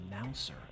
announcer